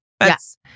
Yes